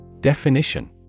Definition